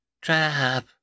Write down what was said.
Trap